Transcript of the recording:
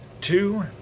two